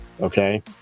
okay